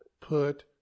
put